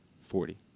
Forty